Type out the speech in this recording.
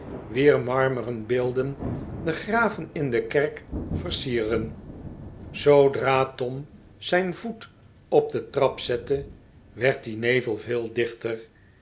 wier marmeren beelden de graven in de kerk versieren zoodra tom zijn voet op'de trap zette werd die nevel veel dichter